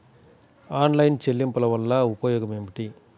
Online చెల్లింపుల వల్ల ఉపయోగమేమిటీ?